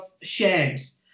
shares